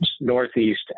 Northeast